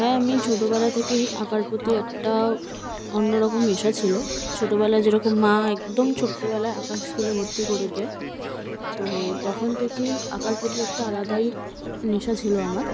হ্যাঁ আমি ছোটবেলা থেকেই আঁকার প্রতি একটা অন্যরকম নেশা ছিল ছোটবেলায় যেরকম মা একদম ছোট্টবেলায় আঁকার স্কুলে ভর্তি করিয়ে দেয় তো তখন থেকেই আঁকার প্রতি একটা আলাদাই নেশা ছিল আমার